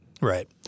Right